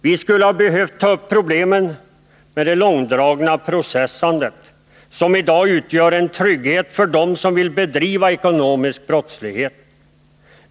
Vi skulle ha behövt ta upp problemen med det långdragna processandet, som i dag utgör en trygghet för dem som vill bedriva ekonomisk brottslighet.